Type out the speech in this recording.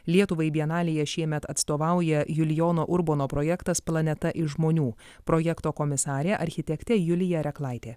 lietuvai bienalėje šiemet atstovauja julijono urbono projektas planeta iš žmonių projekto komisarė architekte julija reklaitė